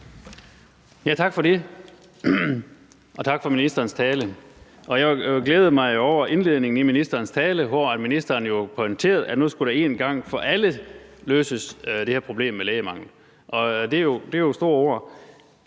Tak for det, og tak for ministerens tale. Jeg glædede mig jo over indledningen i ministerens tale, hvor ministeren pointerede, at nu skulle man en gang for alle løse det her problem med lægemangel, og det er jo store ord,